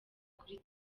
kuri